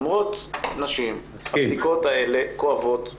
אומרות נשים שהבדיקות האלה כואבות מאוד,